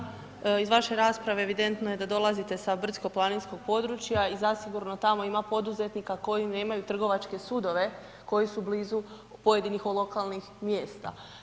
Poštovani kolega iz vaše rasprave evidentno je da dolazite sa brdsko planinskog područja, i zasigurno tamo ima poduzetnika koji nemaju trgovačke sudove, koji su blizu pojedinih lokalnih mjesta.